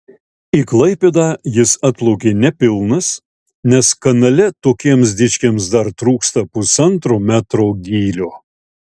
į klaipėdą jis atplaukė nepilnas nes kanale tokiems dičkiams dar trūksta pusantro metro gylio